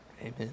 Amen